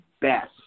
best